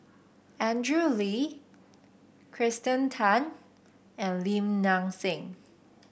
Andrew Lee Kirsten Tan and Lim Nang Seng